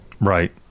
Right